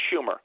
Schumer